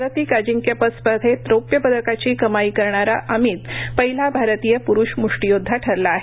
जागतिक अजिंक्यपद स्पर्धेत रौप्यपदकाची कमाई करणारा अमित पहिला भारतीय प्रुष म्ष्टीयोद्धा ठरला आहे